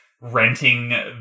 renting